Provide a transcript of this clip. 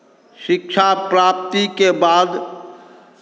शिक्षा प्राप्तिके बाद